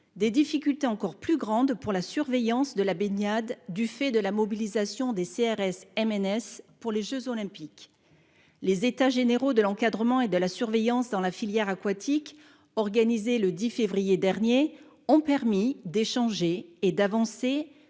des difficultés encore plus grandes pour la surveillance de la baignade du fait de la mobilisation des CRS-MNS pour les jeux Olympiques. Les états généraux de l'encadrement et de la surveillance dans la filière aquatique, organisés le 10 février dernier, ont permis d'échanger et d'avancer,